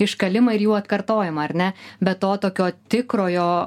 iškalimą ir jų atkartojimą ar ne bet to tokio tikrojo